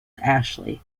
ashley